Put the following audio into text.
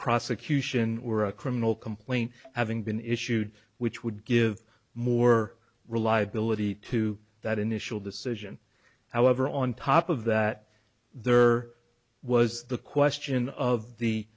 prosecution or a criminal complaint having been issued which would give more reliability to that initial decision however on top of that there was the question of the